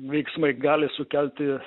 veiksmai gali sukelti